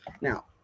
Now